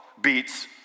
beats